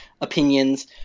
opinions